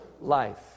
life